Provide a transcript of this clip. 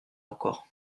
encore